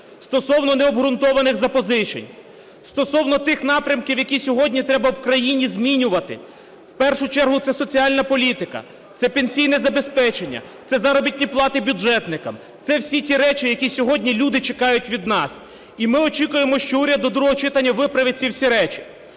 Стосовно необґрунтованих запозичень. Стосовно тих напрямків, які сьогодні треба в країні змінювати. В першу чергу – це соціальна політика, це пенсійне забезпечення, це заробітні плати бюджетникам, це всі ті речі, які сьогодні люди чекають від нас. І ми очікуємо, що уряд до другого читання виправить ці всі речі.